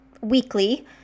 weekly